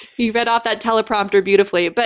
he read off that teleprompter beautifully. but